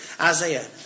Isaiah